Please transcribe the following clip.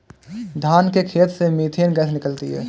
धान के खेत से मीथेन गैस निकलती है